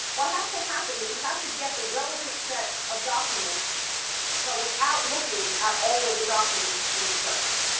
what has to happen is you have to get the relevant set of documents but without looking at all of the documents in the collection.